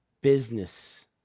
business